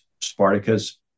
spartacus